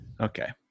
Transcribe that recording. Okay